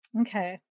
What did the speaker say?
Okay